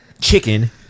chicken